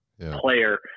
player